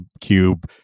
cube